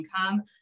income